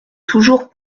toujours